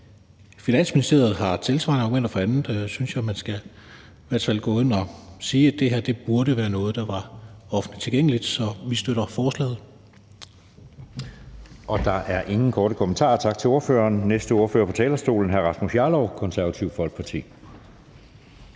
Finansministeriet har tilsvarende argumenter for andet, synes jeg, man skal gå ind og sige, at det her burde være noget, der var offentligt tilgængeligt. Så vi støtter forslaget. Kl. 12:19 Anden næstformand (Jeppe Søe): Der er ingen korte bemærkninger. Tak til ordføreren. Den næste ordfører på talerstolen er hr. Rasmus Jarlov, Det Konservative Folkeparti.